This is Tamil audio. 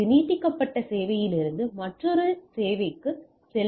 ஒரு நீட்டிக்கப்பட்ட சேவையிலிருந்து மற்றொரு சேவைக்கு செல்லுங்கள்